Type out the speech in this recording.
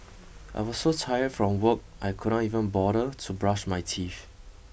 I was so tired from work I could not even bother to brush my teeth